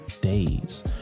days